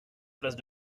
place